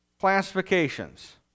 classifications